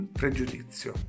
pregiudizio